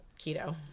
keto